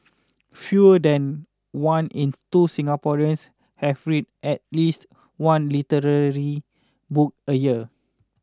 fewer than one in two Singaporeans have read at least one literary book a year